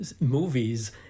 movies